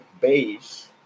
base